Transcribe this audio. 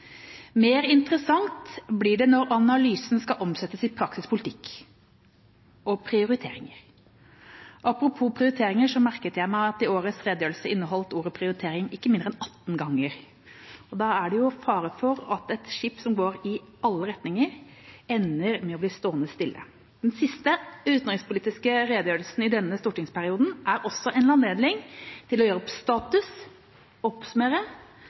Mer interessant blir det når analysen skal omsettes i praktisk politikk og prioriteringer. Apropos prioriteringer: Jeg merket meg at i årets redegjørelse forekom ordet «prioritering» ikke mindre enn 18 ganger. Da er det fare for at et skip som går i alle retninger, ender med å bli stående stille. Den siste utenrikspolitiske redegjørelsen i denne stortingsperioden er også en anledning til å gjøre opp status, oppsummere